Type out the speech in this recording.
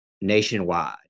nationwide